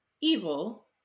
evil